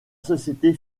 société